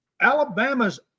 Alabama's